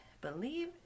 believe